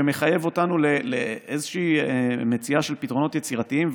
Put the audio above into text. שמחייב אותנו למציאה של פתרונות יצירתיים.